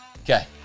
Okay